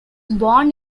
born